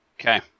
Okay